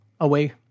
away